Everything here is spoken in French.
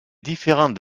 différentes